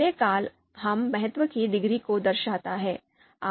पहला कॉलम यहाँ महत्व की डिग्री को दर्शाता है